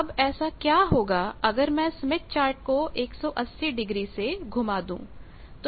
अब ऐसा क्या होगा अगर मैं स्मिथ चार्ट को 180 डिग्री से घुमा दूं